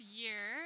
year